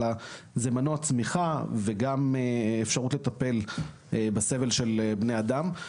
אלא זה מנוע צמיחה וגם אפשרות לטפל בסבל של בני אדם.